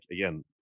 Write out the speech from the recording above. again